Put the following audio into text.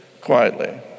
quietly